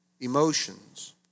emotions